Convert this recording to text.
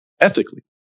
ethically